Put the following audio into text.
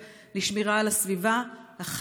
והסביבה.